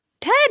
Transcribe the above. Ted